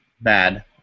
bad